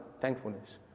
Thankfulness